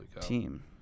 team